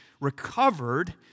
recovered